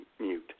mute